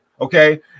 okay